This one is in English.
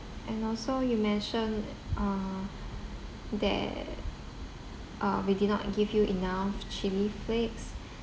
and also you mentioned uh that uh we did not give you enough chili flakes